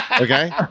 okay